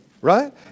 right